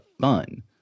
fun